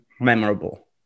memorable